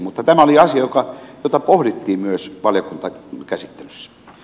mutta tämä oli asia jota pohdittiin myös valiokuntakäsittelyssä